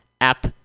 app